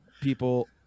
people